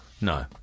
No